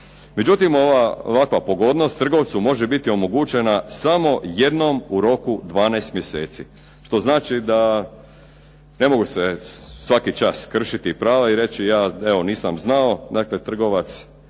Međutim, ovakva pogodnost trgovcu može biti omogućena samo jednom u roku 12 mjeseci, što znači da ne mogu se svaki čast kršiti prava i reći ja evo nisam znao. Dakle, trgovac